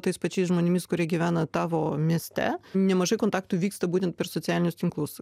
tais pačiais žmonėmis kurie gyvena tavo mieste nemažai kontaktų vyksta būtent per socialinius tinklus